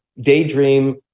daydream